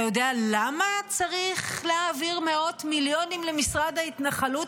אתה יודע למה צריך להעביר מאות מיליונים למשרד ההתנחלות,